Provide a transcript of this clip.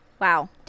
wow